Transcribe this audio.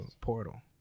Portal